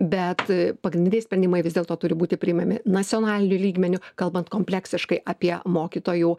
bet pagrindiniai sprendimai vis dėlto turi būti priimami nacionaliniu lygmeniu kalbant kompleksiškai apie mokytojų